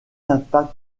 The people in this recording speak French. l’impact